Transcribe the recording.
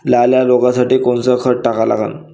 लाल्या रोगासाठी कोनचं खत टाका लागन?